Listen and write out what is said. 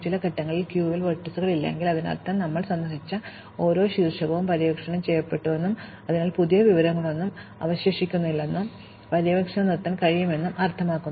ചില ഘട്ടങ്ങളിൽ ക്യൂവിൽ വെർട്ടീസുകൾ ഇല്ലെങ്കിൽ അതിനർത്ഥം ഞങ്ങൾ സന്ദർശിച്ച ഓരോ ശീർഷകവും പര്യവേക്ഷണം ചെയ്യപ്പെട്ടുവെന്നും അതിനാൽ പുതിയ വിവരങ്ങളൊന്നും അവശേഷിക്കുന്നില്ലെന്നും പര്യവേക്ഷണം നിർത്താൻ കഴിയുമെന്നും അർത്ഥമാക്കുന്നു